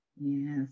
Yes